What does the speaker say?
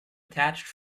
attached